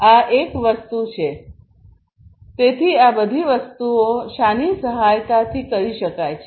આ એક વસ્તુ છેતેથી આ બધી વસ્તુઓ શાની સહાયતાથી કરી શકાય છે